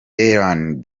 ellen